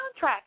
soundtrack